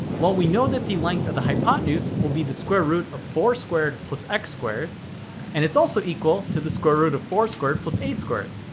well, we know that the length of the hypotenuse will be the square root of four squared plus x squared and it's also equal to the square root of four squared plus eight squared.